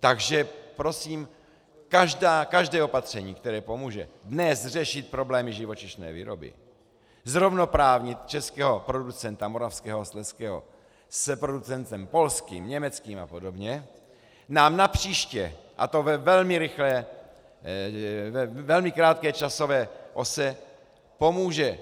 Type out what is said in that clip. Takže prosím, každé opatření, které pomůže dnes řešit problémy živočišné výroby, zrovnoprávnit českého producenta, moravského a slezského, s producentem polským, německým a podobně, nám napříště, a to ve velmi krátké časové ose, pomůže